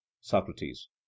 socrates